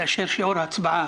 כאשר שיעור ההצבעה